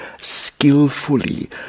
skillfully